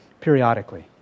periodically